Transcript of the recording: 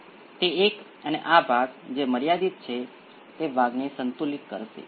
તેથી બે ઉકેલો p1 અને p 2 જો ત્યાં જટિલ હોય તો તે એકબીજાના જટિલ જોડાણમાં હશે